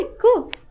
cool